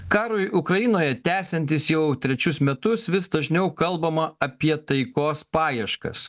karui ukrainoje tęsiantis jau trečius metus vis dažniau kalbama apie taikos paieškas